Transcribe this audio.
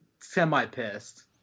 semi-pissed